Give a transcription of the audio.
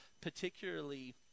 particularly